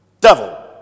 Devil